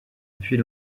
depuis